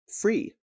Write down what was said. free